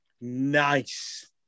Nice